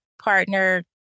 partner